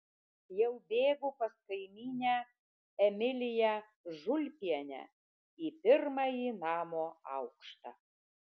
jau bėgu pas kaimynę emiliją žulpienę į pirmąjį namo aukštą